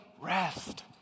rest